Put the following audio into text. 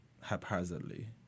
haphazardly